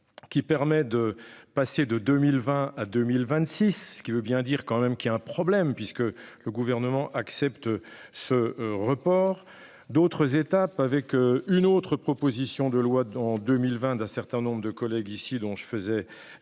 Qui permet de passer de 2020 à 2026 ce qui veut bien dire quand même qu'il y a un problème puisque le gouvernement accepte ce report d'autres étapes avec une autre proposition de loi en 2020 d'un certain nombre de collègues ici dont je faisais.